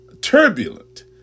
turbulent